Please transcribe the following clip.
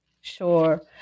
Sure